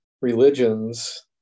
religions